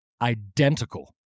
identical